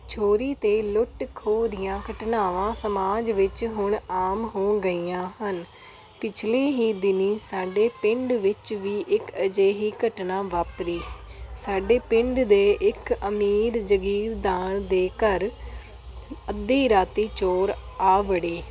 ਚੋਰੀ ਅਤੇ ਲੁੱਟ ਖੋਹ ਦੀਆਂ ਘਟਨਾਵਾਂ ਸਮਾਜ ਵਿੱਚ ਹੁਣ ਆਮ ਹੋ ਗਈਆਂ ਹਨ ਪਿਛਲੇ ਹੀ ਦਿਨੀਂ ਸਾਡੇ ਪਿੰਡ ਵਿੱਚ ਵੀ ਇੱਕ ਅਜਿਹੀ ਘਟਨਾ ਵਾਪਰੀ ਸਾਡੇ ਪਿੰਡ ਦੇ ਇੱਕ ਅਮੀਰ ਜਗੀਰਦਾਰ ਦੇ ਘਰ ਅੱਧੀ ਰਾਤੀ ਚੋਰ ਆ ਵੜੇ